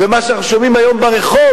ומה שאנחנו שומעים היום ברחוב,